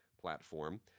platform